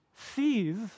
sees